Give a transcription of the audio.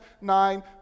nine